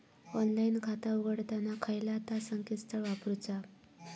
Online खाता उघडताना खयला ता संकेतस्थळ वापरूचा?